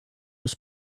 was